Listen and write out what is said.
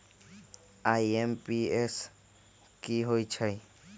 IMPS की होईछइ?